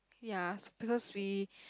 ya because we